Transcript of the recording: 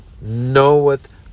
knoweth